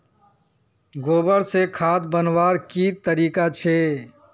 गोबर से खाद बनवार की तरीका छे?